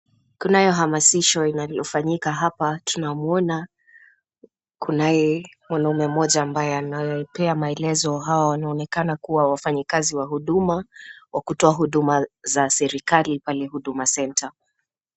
Kunayo hamasisho inalofanyika hapa, tunamuona kunaye mwanamume mmoja ambaye anayepea maelezo hao wanaonekana kuwa wafanyikazi wa huduma wa kutoa huduma za serikali pale Huduma Center.